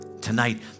tonight